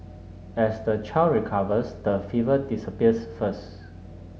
as the child recovers the fever disappears first